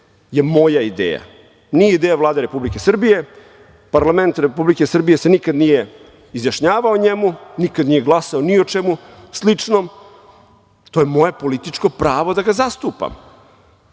je moja ideja, nije ideja Vlade Republike Srbije. Parlament Republike Srbije se nikad nije izjašnjavao o njemu, nikad nije glasao ni o čemu sličnom. To je moje političko pravo da ga zastupam.